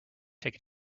take